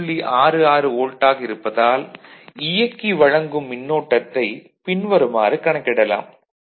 66 volt ஆக இருப்பதால் இயக்கி வழங்கும் மின்னோட்டத்தை பின் வருமாறு கணக்கிடலாம்